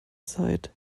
zeit